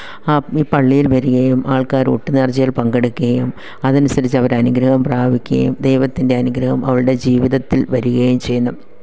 ആ ഈ പള്ളിയിൽ വരികയും ആൾക്കാര് ഊട്ട് നേർച്ചയിൽ പങ്കെടുക്കുകയും അതനുസരിച്ച് അവരനുഗ്രഹം പ്രാപിക്കുകയും ദൈവത്തിൻ്റെ അനുഗ്രഹം അവരുടെ ജീവിതത്തിൽ വരികയും ചെയ്യുന്നു